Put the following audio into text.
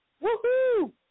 Woo-hoo